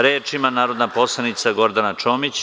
Reč ima narodna poslanica Gordana Čomić.